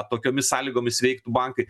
tokiomis sąlygomis veiktų bankai